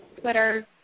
Twitter